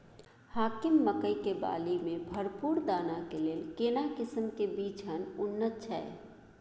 हाकीम मकई के बाली में भरपूर दाना के लेल केना किस्म के बिछन उन्नत छैय?